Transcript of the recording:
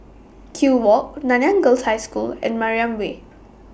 Kew Walk Nanyang Girls' High School and Mariam Way